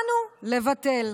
באנו לבטל.